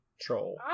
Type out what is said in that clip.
troll